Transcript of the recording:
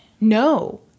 no